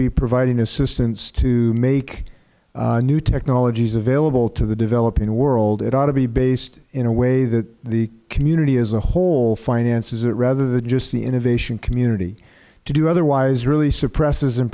be providing assistance to make new technologies available to the developing world it ought to be based in a way that the community as a whole finances it rather than just the innovation community to do otherwise really suppresses